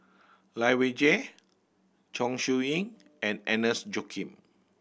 Lai Weijie Chong Siew Ying and Agnes Joaquim